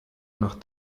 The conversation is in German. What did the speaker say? nach